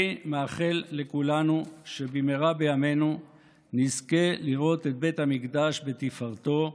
אני מאחל לכולנו שבמהרה בימינו נזכה לראות את בית המקדש בתפארתו.